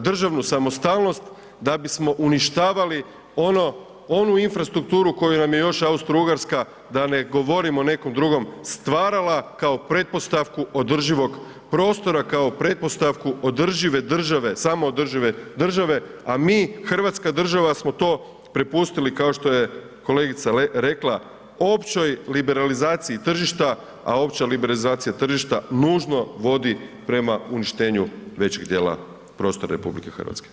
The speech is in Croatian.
državnu samostalnost da bismo uništavali onu infrastrukturu koju nam je još Austrougarska da ne govorim o nekom drugom, stvarala kao pretpostavku održivog prostora, kao pretpostavku održive države, samoodržive države, a mi Hrvatska država smo to prepustili kao što je kolegica rekla općoj liberalizaciji tržišta, a opća liberalizacija tržišta nužno vodi prema uništenju većeg dijela prostora RH.